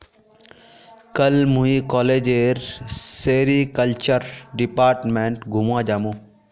कल मुई कॉलेजेर सेरीकल्चर डिपार्टमेंट घूमवा जामु